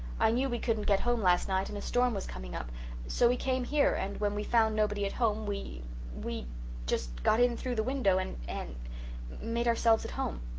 i knew we couldn't get home last night and a storm was coming up so we came here and when we found nobody at home we we just got in through the window and and made ourselves at home.